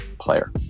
player